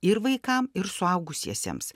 ir vaikam ir suaugusiesiems